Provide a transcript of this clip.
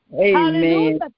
Amen